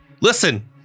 listen